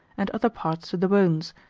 and other parts to the bones,